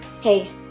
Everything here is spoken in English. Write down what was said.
Hey